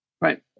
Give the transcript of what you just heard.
Right